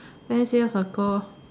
ten years ago